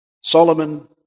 Solomon